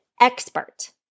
expert